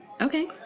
Okay